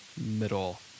middle